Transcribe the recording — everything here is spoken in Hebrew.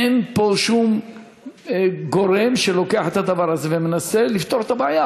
אין פה שום גורם שלוקח את הדבר הזה ומנסה לפתור את הבעיה.